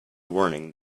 warning